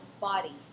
body